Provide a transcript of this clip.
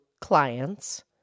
clients